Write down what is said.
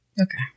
okay